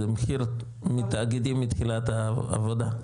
זה מחיר מתאגידים מתחילת העבודה?